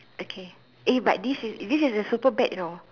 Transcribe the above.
okay eh but this is this is the super bad you know